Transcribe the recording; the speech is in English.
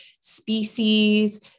species